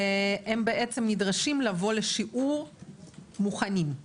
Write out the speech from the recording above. והם בעצם נדרשים לבוא לשיעור מוכנים,